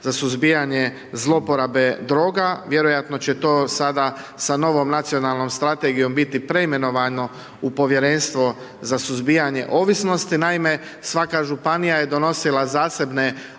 za suzbijanje zlouporabe droga. Vjerojatno će to sada sa novom nacionalnom strategijom biti preimenovano u povjerenstvo za suzbijanje ovisnosti, naime, svaka županija je donosila zasebne